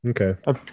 okay